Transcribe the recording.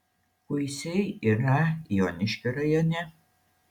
kuisiai yra joniškio rajone